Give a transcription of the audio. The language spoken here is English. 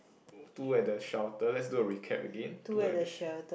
two at the shelter let's do a recap again two at the shel~